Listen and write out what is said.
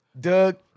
Doug